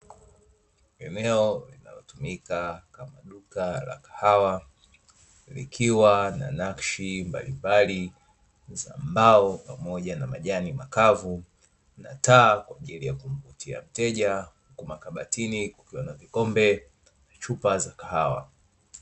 Eneo linalotumika kama duka la kahawa, likiwa na nakshi mbalimbali za mbao pamoja na majani makavu na taa kwa ajili ya kumvutia mteja, huku makabatini kukiwa na vikombe na chupa za kahawa.